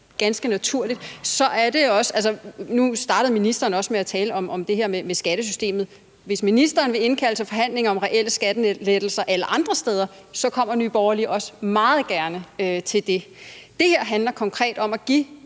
ganske naturligt. Altså, nu startede ministeren også med at tale om det her med skattesystemet. Hvis ministeren vil indkalde til forhandlinger om reelle skattelettelser alle andre steder, så kommer Nye Borgerlige også meget gerne til dem. Det her handler konkret om at give